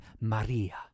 Maria